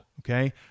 Okay